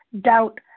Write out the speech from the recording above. doubt